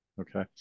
Okay